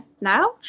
now